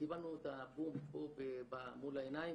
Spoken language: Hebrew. קיבלנו את ה"בום" מול העיניים,